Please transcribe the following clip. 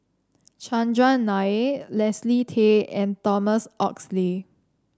Chandran Nair Leslie Tay and Thomas Oxley